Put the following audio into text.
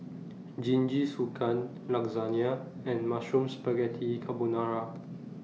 Jingisukan Lasagna and Mushroom Spaghetti Carbonara